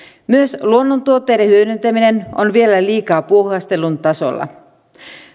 myös luonnontuotteiden hyödyntäminen on vielä liikaa puuhastelun tasolla